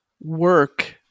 work